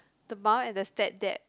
the mum and the step dad